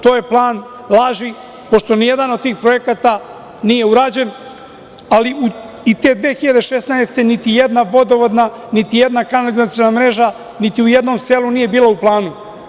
To je plan laži pošto nijedan od tih projektata nije urađen, ali i te 2016. godine niti jedna vodovodna niti kanalizaciona mreža niti u jednom selu nije bila u planu.